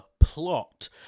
plot